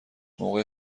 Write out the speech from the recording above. موقع